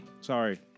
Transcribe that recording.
Sorry